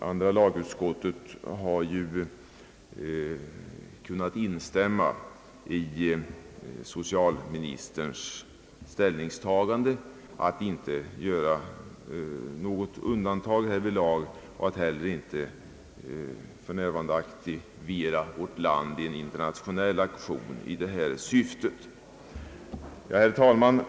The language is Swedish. Andra lagutskottet har kunnat instämma i socialministerns ställningstagande att inte göra något undantag härvidlag och att inte heller för närvarande aktivt liera vårt land i en internationell aktion i detta syfte. Herr talman!